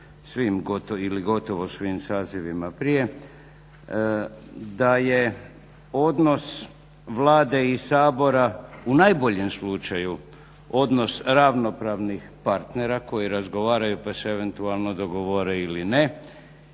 ili gotovo svim sazivima prije da je odnos Vlade i Sabora u najboljem slučaju odnos ravnopravnih partnera koji razgovaraju pa se eventualno dogovore ili ne